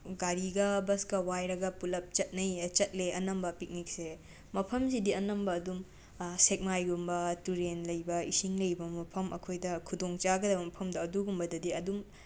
ꯒꯥꯔꯤꯒ ꯕꯁꯀ ꯋꯥꯏꯔꯒ ꯄꯨꯜꯂꯞ ꯆꯠꯅꯩ ꯆꯠꯂꯦ ꯑꯅꯝꯕ ꯄꯤꯛꯅꯤꯛꯁꯦ ꯃꯐꯝꯁꯤꯗꯤ ꯑꯅꯝꯕ ꯑꯗꯨꯝ ꯁꯦꯛꯃꯥꯏꯒꯨꯝꯕ ꯇꯨꯔꯦꯟ ꯂꯩꯕ ꯏꯁꯤꯡ ꯂꯩꯕ ꯃꯐꯝ ꯑꯩꯈꯣꯏꯗ ꯈꯨꯗꯣꯡ ꯆꯥꯒꯗꯕ ꯃꯐꯝꯗꯣ ꯑꯗꯨꯒꯨꯝꯕꯗꯗꯤ ꯑꯗꯨꯝ